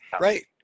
right